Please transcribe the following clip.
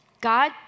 God